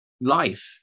life